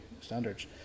standards